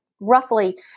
roughly